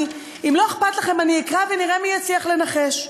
אם לא אכפת לכם, אני אקרא ונראה מי יצליח לנחש.